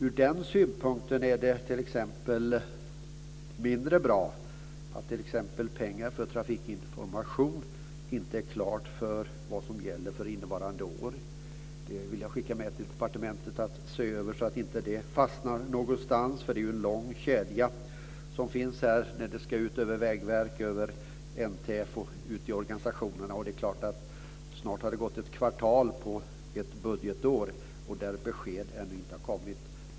Ur den synpunkten är det t.ex. mindre bra att det inte är klart för vad som gäller för innevarande år i fråga om pengar till trafiksäkerhet. Det vill jag skicka med till departementet att se över så att det inte fastnar någonstans. Det är en lång kedja när det ska ut över Vägverket, NTF och ute i organisationerna. Det har snart gått ett kvartal av ett budget, och något besked har ännu inte kommit.